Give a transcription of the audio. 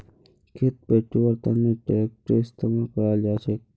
खेत पैटव्वार तनों ट्रेक्टरेर इस्तेमाल कराल जाछेक